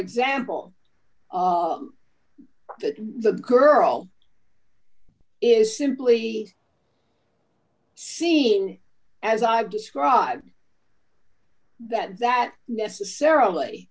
example that the girl is simply seen as i've described that that necessarily